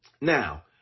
Now